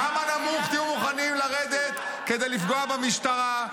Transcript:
כמה נמוך תהיו מוכנים לרדת כדי לפגוע במשטרה?